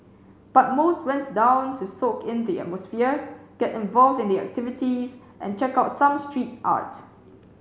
but most went down to soak in the atmosphere get involved in the activities and check out some street art